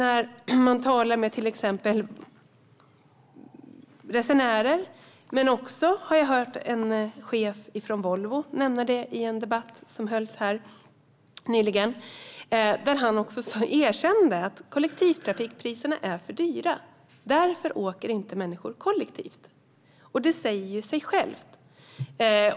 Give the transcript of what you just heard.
När man talar med till exempel resenärer hör man dock att kollektivtrafikpriserna är för höga och att människor därför inte åker kollektivt. Jag har också hört en chef från Volvo erkänna detta i en debatt nyligen. Det säger ju sig självt.